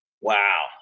Wow